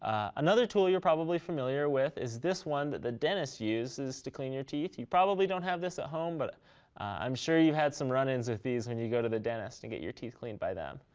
ah another tool you're probably familiar with is this one that the dentist uses to clean your teeth. you probably don't have this at home. but i'm sure you've had some run ins with these when you go to the dentist to get your teeth cleaned by them.